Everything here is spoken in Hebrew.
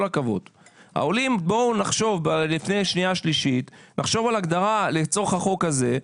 העולים - לפני שנייה שלישת נחשוב על הגדרה לצורך החוק הזה,